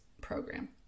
program